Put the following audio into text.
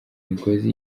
imigozi